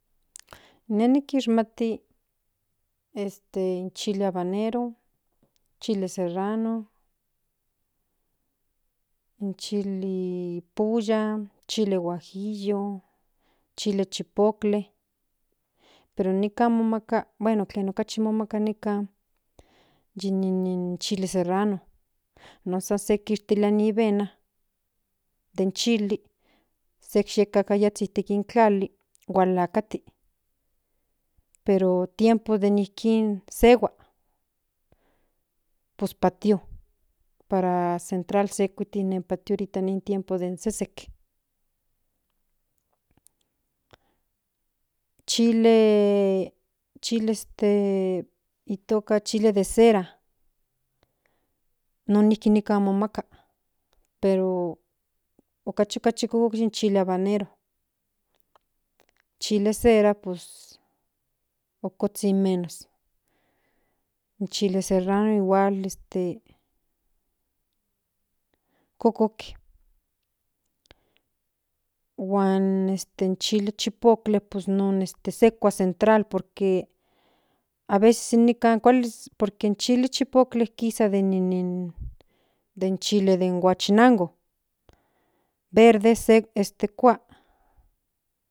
Ine nikishmati este in chile habanero chili serrano in chili polla chili huajillo chile chipotle pero nika momaka bueno den okachi momaka ikan yi nin chili serrano non san se kishtilia ni ni vena den chili se teckakayazha nipan tlali hualakati pero tiempode nijkin pues patio para in central se kuiti non tiempo den sesek chile chile itoka chile dee cera non nijki nikan momaka pero okachi okachi kuko in chili habanero chili cera pus okuzhin menos in chili serrano igual este kukotl huan este in chili chipotle pus non se kua in centrla por que aveces inikan kuali por que in chili chipotle den chili de huachinango pero se kua.